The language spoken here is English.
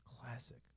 classic